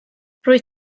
rwyt